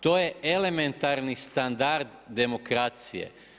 To je elementarni standard demokracije.